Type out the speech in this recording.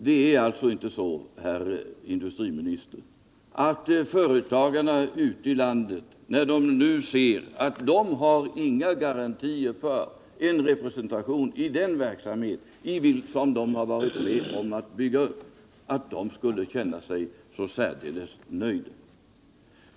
Det är alltså inte så, herr industriminister, att företagarna ute i landet, när de nu ser att de inte har några garantier för en representation i den verksamhet som de har varit med om att bygga upp, känner sig så särdeles nöjda.